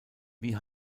wie